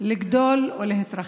לגדול ולהתרחב.